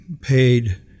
paid